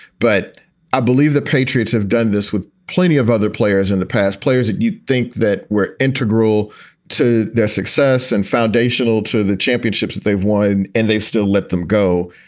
but i believe the patriots have done this with plenty of other players in the past, players that you think that were integral to their success and foundational to the championships that they've won and they've still let them go.